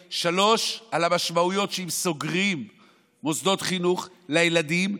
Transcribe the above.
3. על המשמעויות שאם סוגרים מוסדות חינוך לילדים,